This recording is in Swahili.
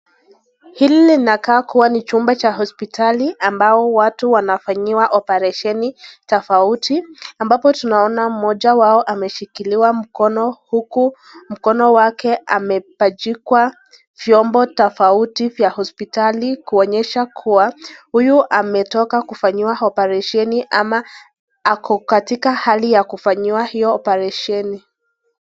Hili linakaa kuwa ni chumba cha hospitali ambao watu wanafanyiwa oparesheni tofauti, ambapo tunaona moja wao ameshikiliwa mkono uku mkono wake amepachikwa vyombo tofauti vya hospitali, kuonyesha kuwa huyu ametoka kufanyiwa oparesheni ama ako katika hali ya kufanyiwa hiyo operesheni.